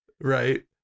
right